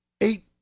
eight